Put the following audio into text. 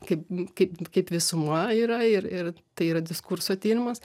kaip kaip kaip visuma yra ir ir tai yra diskurso tyrimas